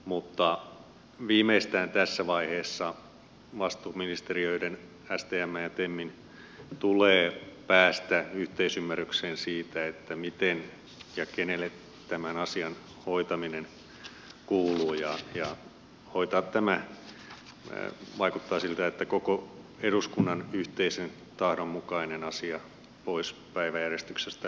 mutta viimeistään tässä vaiheessa vastuuministeriöiden stmn ja temin tulee päästä yhteisymmärrykseen siitä miten ja kenelle tämän asian hoitaminen kuuluu ja hoitaa tämä vaikuttaa siltä koko eduskunnan yhteisen tahdon mukainen asia pois päiväjärjestyksestä